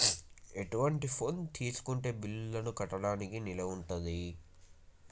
ఎటువంటి ఫోన్ తీసుకుంటే బిల్లులను కట్టడానికి వీలవుతది?